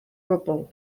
gwbl